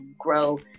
grow